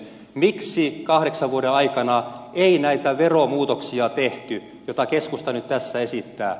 miksi kahdeksan vuoden aikana ei näitä veromuutoksia tehty joita keskusta nyt tässä esittää